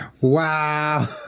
Wow